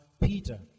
Peter